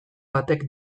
batek